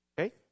Okay